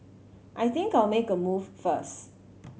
I think I'll make a move first